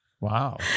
Wow